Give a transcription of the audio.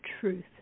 truth